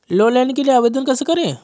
Loan के लिए आवेदन कैसे करें?